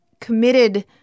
committed